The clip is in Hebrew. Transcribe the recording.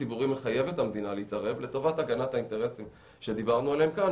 הציבורי מחייב את המדינה להתערב לטובת הגנת האינטרסים שדיברנו עליהם כאן,